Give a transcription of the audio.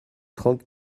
trente